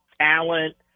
talent